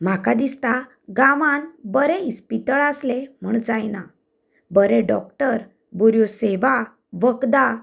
म्हाका दिसता गांवांत बरें इस्पितळ आसलें म्हण जायना बरें डॉक्टर बऱ्यो सेवा वखदां